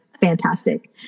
fantastic